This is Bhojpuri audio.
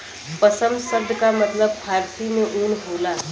पसम सब्द का मतलब फारसी में ऊन होला